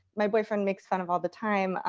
my boyfriend makes fun of all the time.